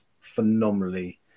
phenomenally